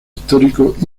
históricos